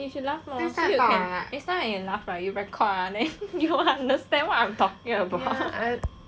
you should laugh more next time when you laugh right you record ah then you will understand what I'm talking about